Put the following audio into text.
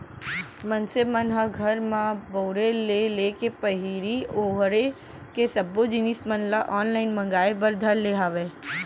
मनसे मन ह घर म बउरे ले लेके पहिरे ओड़हे के सब्बो जिनिस मन ल ऑनलाइन मांगए बर धर ले हावय